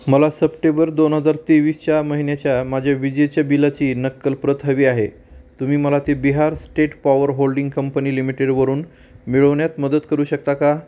मला सप्टेबर दोन हजार तेवीसच्या महिन्याच्या माझ्या विजेच्या बिलाची नक्कलप्रत हवी आहे तुम्ही मला ती Bihar state power holding company लिमिटेडवरून मिळवण्यात मदत करू शकता का